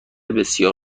بسیار